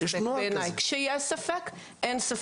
אין ספק.